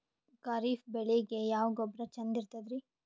ಖರೀಪ್ ಬೇಳಿಗೆ ಯಾವ ಗೊಬ್ಬರ ಚಂದ್ ಇರತದ್ರಿ?